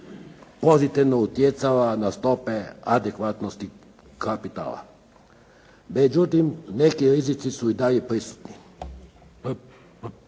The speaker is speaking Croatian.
pozitivno utjecala na stope adekvatnosti kapitala. Međutim, neki rizici su i dalje prisutni.